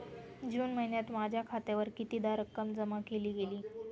जून महिन्यात माझ्या खात्यावर कितीदा रक्कम जमा केली गेली?